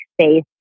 space